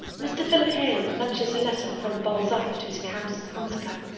mr. philip hale mentions a letter from balzac to his countess hanska,